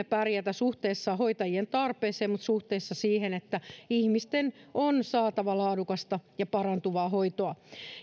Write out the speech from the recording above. pärjätä suhteessa hoitajien tarpeeseen ja suhteessa siihen että ihmisten on saatava laadukasta ja parantuvaa hoitoa